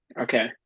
Okay